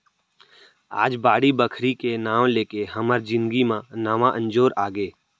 आज बाड़ी बखरी के नांव लेके हमर जिनगी म नवा अंजोर आगे